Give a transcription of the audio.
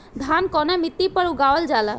धान कवना मिट्टी पर उगावल जाला?